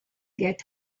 get